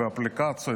באפליקציות,